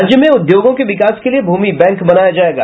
राज्य में उद्योगों के विकास के लिए भूमि बैंक बनाया जायेगा